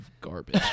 garbage